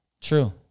True